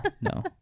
no